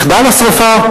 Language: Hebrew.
מחדל השרפה,